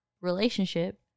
relationship